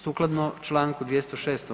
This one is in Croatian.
Sukladno čl. 206.